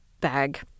bag